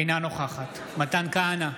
אינה נוכחת מתן כהנא,